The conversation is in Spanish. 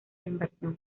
invasión